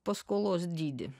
paskolos dydį